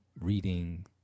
reading